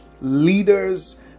leaders